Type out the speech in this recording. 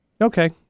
Okay